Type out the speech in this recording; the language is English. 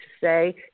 say